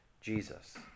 Jesus